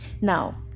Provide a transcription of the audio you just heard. now